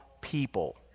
people